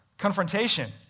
Confrontation